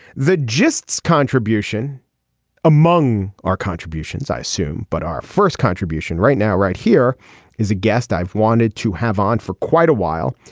the justice contribution among our contributions i assume. but our first contribution right now right here is a guest i've wanted to have on for quite a while.